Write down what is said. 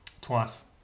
Twice